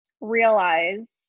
realize